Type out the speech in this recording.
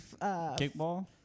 kickball